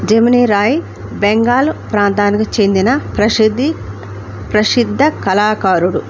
జమిని రాయ బెంగాల్ ప్రాంతానికి చెందిన ప్రసిద్ధి ప్రసిద్ధ కళాకారుడు